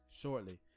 shortly